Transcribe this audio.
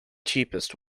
cheapest